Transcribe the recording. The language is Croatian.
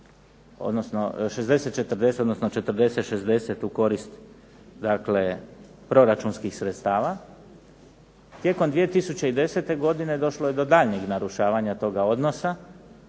odnosno 40-60 u korist dakle proračunskih sredstava, tijekom 2010. godine došlo je do daljnjeg narušavanja toga odnosa,